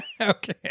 Okay